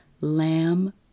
lamb